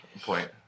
point